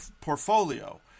portfolio